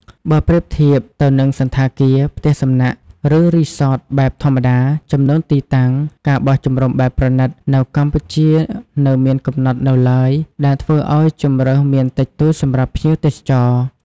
បើប្រៀបធៀបទៅនឹងសណ្ឋាគារ ផ្ទះសំណាក់ ឬរីស៊តបែបធម្មតា ចំនួនទីតាំង ការបោះជំរំបែបប្រណីត នៅកម្ពុជានៅមានកំណត់នៅឡើយ ដែលធ្វើឲ្យជម្រើសមានតិចតួចសម្រាប់ភ្ញៀវទេសចរ។